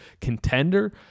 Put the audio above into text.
contender